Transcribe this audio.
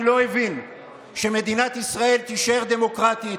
לא הבין שמדינת ישראל תישאר דמוקרטית,